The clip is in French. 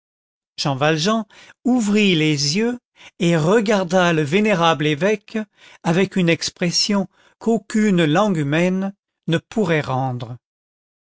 jean valjean ouvrit les yeux et regarda le vénérable évêque avec une expression qu'aucune langue humaine ne pourrait rendre